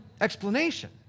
explanation